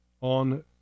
on